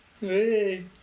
Hey